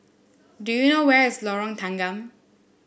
do you know where is Lorong Tanggam